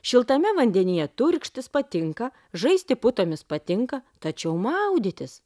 šiltame vandenyje turkštis patinka žaisti putomis patinka tačiau maudytis